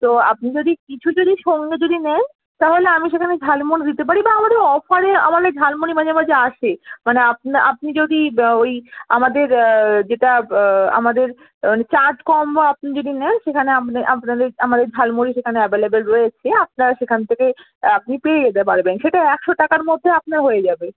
তো আপনি যদি কিছু যদি সঙ্গে যদি নেন তাহলে আমি সেখানে ঝালমুড়ি দিতে পারি বা আমাদের অফারে আমাদের ঝালমুড়ি মাঝে মাঝে আসে মানে আপনি যদি ওই আমাদের যেটা আমাদের চাজ কম আপনি যদি নেন সেখানে আপনি আপনাদের আমাদের ঝালমুড়ি সেখানে অ্যাভেলেবল রয়েছে আপনারা সেখান থেকে আপনি পেয়ে যেতে পারবেন সেটা একশো টাকার মধ্যে আপনার হয়ে যাবে